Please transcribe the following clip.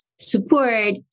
support